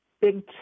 big